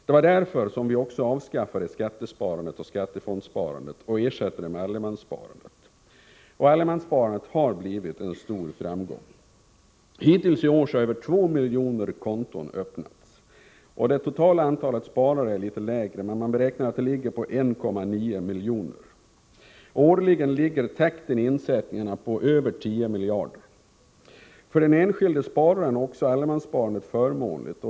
Det var därför som vi avskaffade skattesparandet och skattefondssparandet och ersatte det med allemanssparandet, som har blivit en stor framgång. Hittills i år har över 2 miljoner konton öppnats. Det totala antalet sparare beräknas vara något lägre, eller 1,9 miljoner. Årligen ligger insättningarna på över 10 miljarder. För den enskilde spararen är allemanssparandet förmånligt.